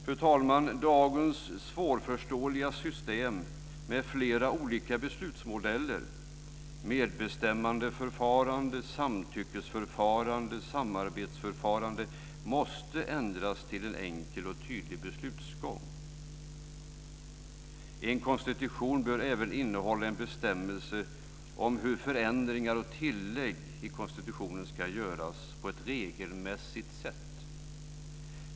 Fru talman! Dagens svårförståeliga system med flera olika beslutsmodeller - medbestämmandeförfarande, samtyckesförfarande och samarbetsförfarande - måste ändras till en enkel och tydlig beslutsgång. En konstitution bör även innehålla en bestämmelse om hur förändringar och tillägg i konstitutionen kan göras på ett regelmässigt sätt.